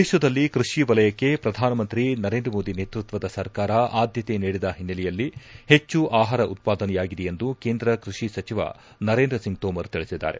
ದೇಶದಲ್ಲಿ ಕೃಷಿ ವಲಯಕ್ಕೆ ಪ್ರಧಾನಮಂತ್ರಿ ನರೇಂದ್ರ ಮೋದಿ ನೇತೃತ್ವದ ಸರ್ಕಾರ ಆದ್ದತೆ ನೀಡಿದ ಹಿನ್ನೆಲೆಯಲ್ಲಿ ಹೆಚ್ಚು ಆಹಾರ ಉತ್ಪಾದನೆಯಾಗಿದೆ ಎಂದು ಕೇಂದ್ರ ಕೈಷಿ ಸಚಿವ ನರೇಂದ್ರ ಸಿಂಗ್ ತೋಮರ್ ತಿಳಿಸಿದ್ದಾರೆ